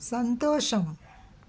సంతోషం